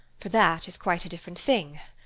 for that is quite a different thing!